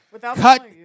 cut